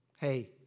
Hey